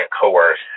coerce